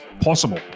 possible